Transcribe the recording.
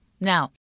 Now